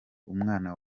umwana